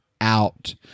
out